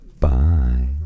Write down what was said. Bye